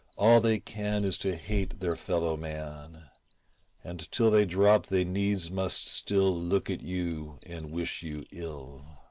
all they can is to hate their fellow man and till they drop they needs must still look at you and wish you ill.